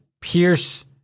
Pierce